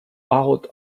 out